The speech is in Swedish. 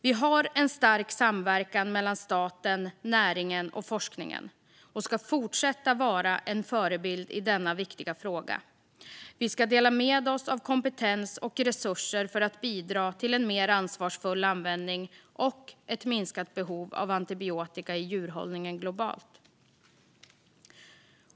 Vi har en stark samverkan mellan staten, näringen och forskningen, och vi ska fortsätta att vara en förebild i denna viktiga fråga. Vi ska dela med oss av kompetens och resurser för att bidra till en mer ansvarsfull användning och ett minskat behov av antibiotika i djurhållningen globalt.